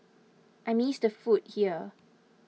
I miss the food here